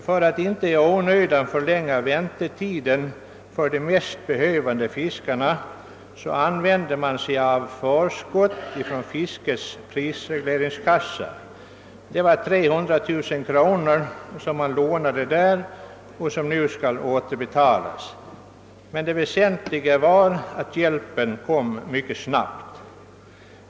För att inte i onödan förlänga väntetiden för de mest behövande fiskarna använde man sig av förskott från fiskets prisregleringskassa; det var 300 000 kronor som man lånade av kassan och som nu skall återbetalas. Det väsentliga var emellertid att hjälpen kom mycket snabbt.